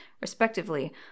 respectively